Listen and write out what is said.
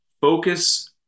focus